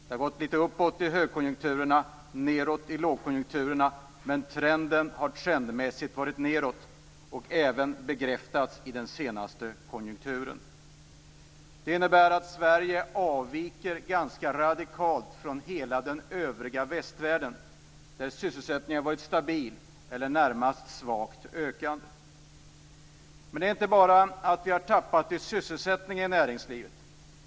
Det har gått lite uppåt i högkonjunkturerna och nedåt i lågkonjunkturerna, men trenden har varit nedåt och även bekräftats i den senaste konjunkturrapporten. Det innebär att Sverige avviker ganska radikalt från hela den övriga västvärlden, där sysselsättningen har varit stabil eller närmast svagt ökande. Men vi har inte bara tappat i sysselsättning i näringslivet.